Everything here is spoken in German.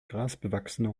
grasbewachsene